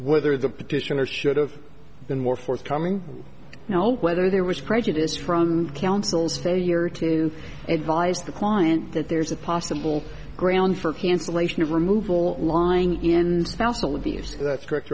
whether the petitioner should have been more forthcoming now whether there was prejudice from counsel's failure to advise the client that there's a possible ground for cancellation of removal lying in the abuse that's correct